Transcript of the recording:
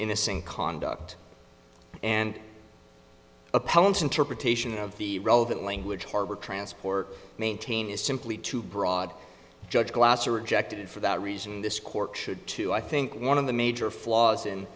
innocent conduct and appellants interpretation of the relevant language harbor transport maintain is simply too broad judge glass or rejected for that reason this court should too i think one of the major flaws in